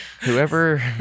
Whoever